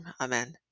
Amen